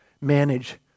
Manage